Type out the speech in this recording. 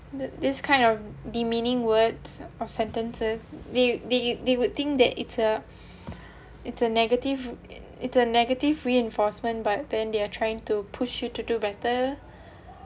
this this kind of demeaning words or sentences they they they would think that it's a it's a negative it's a negative reinforcement but then they are trying to push you to do better